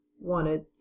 wanted